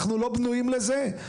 אנחנו לא בנויים לזה,